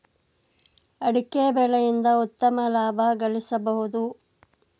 ಅಡಿಕೆ ಬೆಳೆಯಿಂದ ಉತ್ತಮ ಲಾಭ ಗಳಿಸಬೋದು